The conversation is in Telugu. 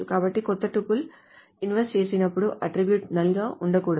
కాబట్టి క్రొత్త టుపుల్ ఇన్సర్ట్ చేసినప్పుడు అట్ట్రిబ్యూట్ నల్ గా ఉండకూడదు